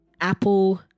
Apple